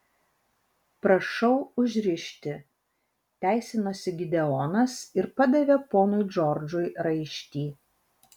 prašau užrišti teisinosi gideonas ir padavė ponui džordžui raištį